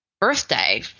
birthday